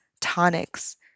tonics